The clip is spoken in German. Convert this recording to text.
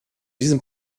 diesem